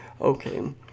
okay